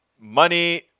money